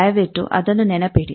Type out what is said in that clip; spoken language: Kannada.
ದಯವಿಟ್ಟು ಅದನ್ನು ನೆನಪಿಡಿ